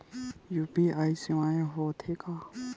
UPI सेवाएं हो थे का?